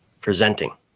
presenting